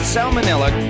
Salmonella